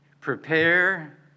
Prepare